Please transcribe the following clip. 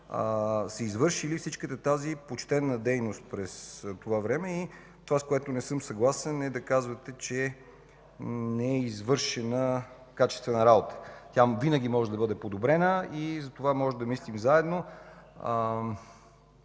са извършили всичката тази почтена дейност през това време. Това, с което не съм съгласен, е да казвате, че не е извършена качествена работа. Тя винаги може да бъде подобрена и затова можем да мислим заедно.